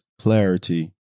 clarity